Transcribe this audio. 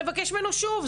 שלום לכולם,